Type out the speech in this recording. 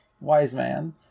Wiseman